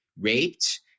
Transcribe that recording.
raped